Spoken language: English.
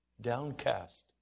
downcast